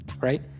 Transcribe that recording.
right